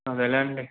అదేలేండి